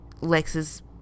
Lex's